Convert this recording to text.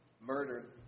murdered